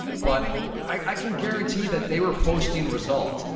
but i can guarantee that they were posting results.